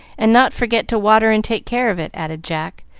and not forget to water and take care of it, added jack,